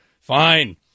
Fine